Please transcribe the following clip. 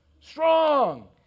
strong